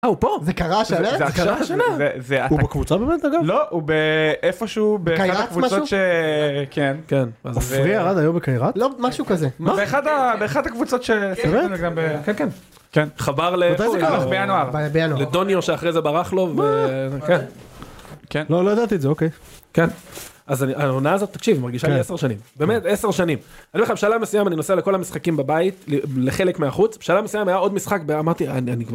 אה, הוא פה?! זה קרה השנה?! זה קרה השנה! ו... הוא בקבוצה באמת, אגב? לא, הוא ב... איפשהו, ב... קהירת משהו? כן כן, עופרי ירד היום בקהירת? לא. משהו כזה, באחת הקבוצות ש... באמת?! כן כן, כן. חבר ל... בינואר. בינואר. לדוניו שאחרי זה ברח לו... מה?! כן כן. לא, לא ידעתי את זה, אוקיי. כן, אז העונה הזאת, תקשיב, מרגישה לי עשר שנים, באמת עשר שנים, אני אומר לך, בשלב מסוים אני נוסע לכל המשחקים בבית, לחלק מהחוץ, בשלב מסוים היה עוד משחק ואמרתי, אני... אני כבר...